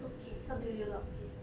okay how do you lock this